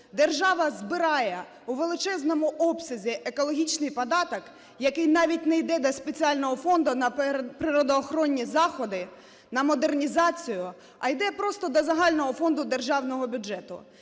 Держава збирає у величезному обсязі екологічний податок, який навіть не йде до спеціального фонду на природоохоронні заходи, на модернізацію, а іде просто до загального фонду державного бюджету.